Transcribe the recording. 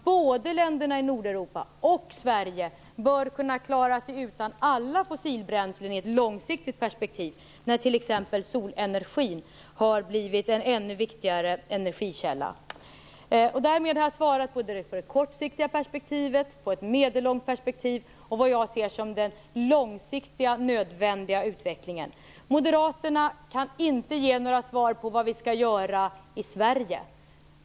Både länderna i Nordeuropa och Sverige borde kunna klara sig utan alla fossilbränslen i ett långsiktigt perspektiv när t.ex. solenergin har blivit en ännu viktigare energikälla. Därmed har jag svarat på frågorna ur det kortsiktiga perspektivet, det medellånga perspektivet och vad jag ser som den långsiktiga nödvändiga utvecklingen. Moderaterna kan inte ge några svar på frågan vad vi skall göra i Sverige.